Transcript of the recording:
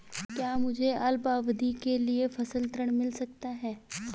क्या मुझे अल्पावधि के लिए फसल ऋण मिल सकता है?